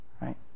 right